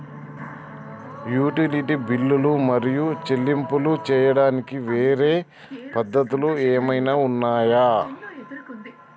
Utility బిల్లులు మరియు చెల్లింపులు చేయడానికి వేరే పద్ధతులు ఏమైనా ఉన్నాయా?